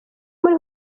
muri